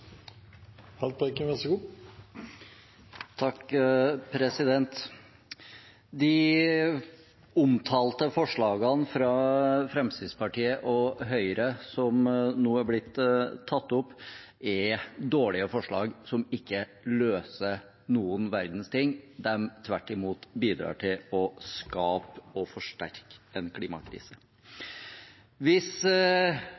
Høyre som nå er blitt tatt opp, er dårlige forslag som ikke løser noen verdens ting – de bidrar tvert imot til å skape og forsterke en klimakrise.